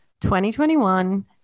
2021